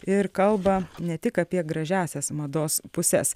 ir kalba ne tik apie gražiąsias mados puses